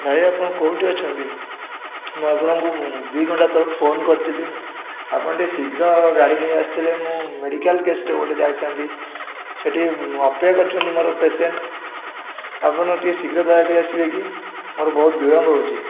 ଭାଇ ଆପଣ କେଉଁଠି ଅଛନ୍ତି ମୁଁ ଆପଣଙ୍କୁ ଦୁଇଘଣ୍ଟା ତଳୁ ଫୋନ୍ କରିଥିଲି ଆପଣ ଟିକିଏ ଶୀଘ୍ର ଗାଡ଼ି ନେଇ ଆସିଥିଲେ ମୁଁ ମେଡ଼ିକାଲ୍ କେସ୍ରେ ଗୋଟେ ଯାଇଥାନ୍ତି ସେଇଠି ଅପେକ୍ଷା କରିଛନ୍ତି ମୋର ପେସେଣ୍ଟ୍ ଆପଣ ଟିକିଏ ଶୀଘ୍ର ଦୟାକରି ଆସିବେ କି ମୋର ବହୁତ ବିଳମ୍ବ ହେଉଛି